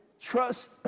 trust